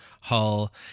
Hull